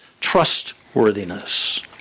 trustworthiness